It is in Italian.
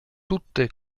tutte